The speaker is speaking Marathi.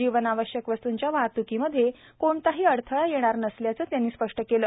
जीवनावश्यक वस्तूंच्या वाहतूकी मध्य कोणताही अडथळा यप्ताार नसल्याचं त्यांनी स्पष्ट कालं